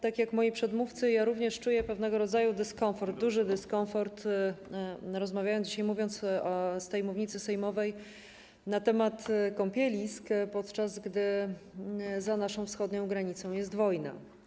Tak jak moi przedmówcy, ja również czuję pewnego rodzaju dyskomfort, duży dyskomfort, mówiąc z tej mównicy sejmowej na temat kąpielisk, podczas gdy za naszą wschodnią granicą jest wojna.